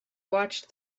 watched